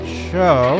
show